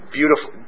beautiful